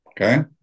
Okay